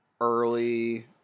early